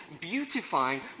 beautifying